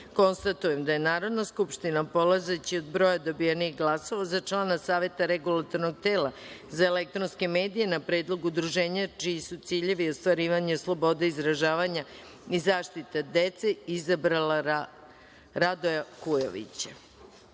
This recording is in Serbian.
170.Konstatujem da je Narodna skupština, polazeći od broja dobijenih glasova, za člana Saveta regulatornog tela za elektronske medije na predlog udruženja čiji su ciljevi ostvarivanje slobode izražavanja i zaštita deca izabrala Radoja